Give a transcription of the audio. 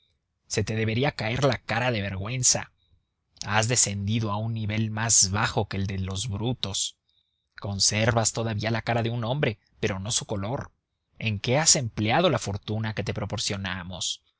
se te debería caer la cara de vergüenza has descendido a un nivel más bajo que el de los brutos conservas todavía la cara del hombre pero no su color en qué has empleado la fortunita que te proporcionamos